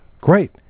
great